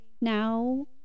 now